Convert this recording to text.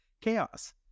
chaos